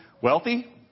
wealthy